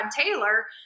Taylor